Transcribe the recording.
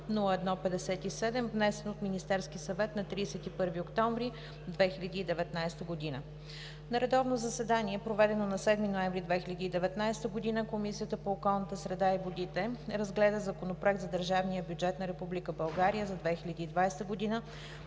902-01-57, внесен от Министерския съвет на 31 октомври 2019 г. На редовно заседание, проведено на 7 ноември 2019 г., Комисията по околната среда и водите разгледа Законопроект за държавния бюджет на Република България за 2020 г.,